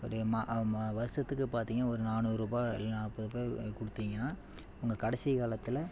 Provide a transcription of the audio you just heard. ஒரு ம வருஷத்துக்கு பார்த்திங்கன்னா ஒரு நானூறுபாய் இல்லை நாற்பதுருபா கொடுத்திங்கன்னா உங்கள் கடைசி காலத்தில்